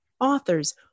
authors